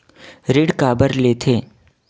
ऋण काबर लेथे?